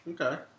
Okay